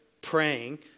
praying